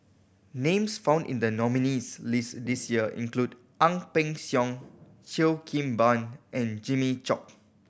names found in the nominees' list this year include Ang Peng Siong Cheo Kim Ban and Jimmy Chok